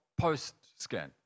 post-scan